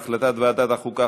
הצעת ועדת החוקה,